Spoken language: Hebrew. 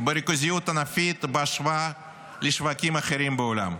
בריכוזיות ענפית, בהשוואה לשווקים אחרים בעולם,